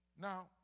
Now